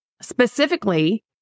Specifically